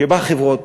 שבה חברות